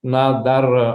na dar